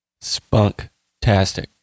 spunk-tastic